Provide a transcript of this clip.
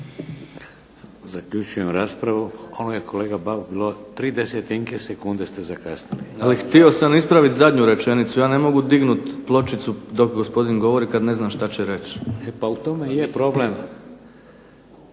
Zaključujem raspravu. Kolega 3 desetinke sekunde ste zakasnili. …/Upadica: Ali htio sam ispraviti zadnju rečenicu. Ja ne mogu dignut pločicu dok gospodin govori kad ne znam šta će reći./… E pa u tome je problem.